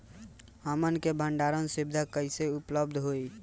हमन के भंडारण सुविधा कइसे उपलब्ध होई?